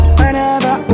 Whenever